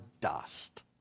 dust